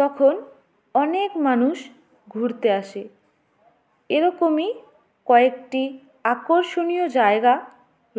তখন অনেক মানুষ ঘুরতে আসে এরকমই কয়েকটি আকর্ষণীয় জায়গা